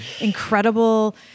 incredible